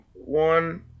One